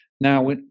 now